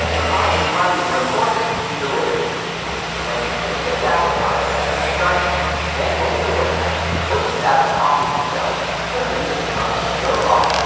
upon his finding no quarter, he delivered the keys when they tipped up the cart and discharged him then opened the warehouse, hoisted out the coffee themselves, put it into the trunks and drove off.